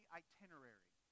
itinerary